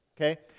Okay